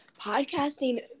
podcasting